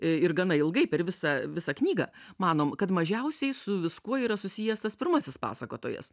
ir gana ilgai per visą visą knygą manom kad mažiausiai su viskuo yra susijęs tas pirmasis pasakotojas